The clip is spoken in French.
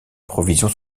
provisions